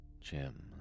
Jim